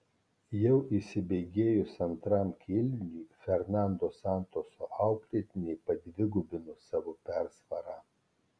jau įsibėgėjus antram kėliniui fernando santoso auklėtiniai padvigubino savo persvarą